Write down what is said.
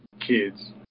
kids